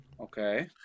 Okay